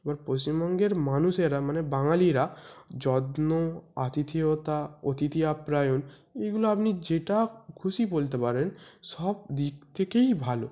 এবার পশ্চিমবঙ্গের মানুষেরা মানে বাঙালিরা যত্ন আতিথেয়তা অতিথি আপ্যায়ন এইগুলো আপনি যেটা খুশি বলতে পারেন সব দিক থেকেই ভালো